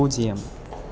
பூஜ்ஜியம்